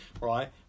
right